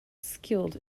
skilled